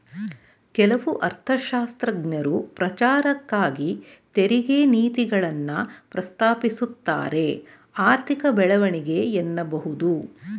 ಕೆಲವು ಅರ್ಥಶಾಸ್ತ್ರಜ್ಞರು ಪ್ರಚಾರಕ್ಕಾಗಿ ತೆರಿಗೆ ನೀತಿಗಳನ್ನ ಪ್ರಸ್ತಾಪಿಸುತ್ತಾರೆಆರ್ಥಿಕ ಬೆಳವಣಿಗೆ ಎನ್ನಬಹುದು